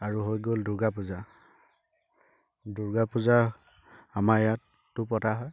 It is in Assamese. আৰু হৈ গ'ল দুৰ্গা পূজা দুৰ্গা পূজা আমাৰ ইয়াতো পতা হয়